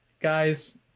Guys